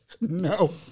No